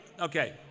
Okay